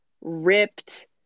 ripped